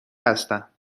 هستم